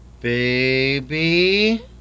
Baby